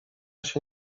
się